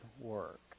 work